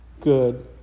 good